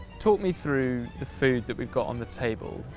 talk me through the food that we've got on the table.